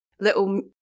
little